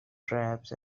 strap